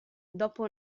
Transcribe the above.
dopo